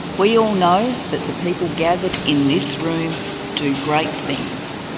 we all know that the people gathered in this room do great things,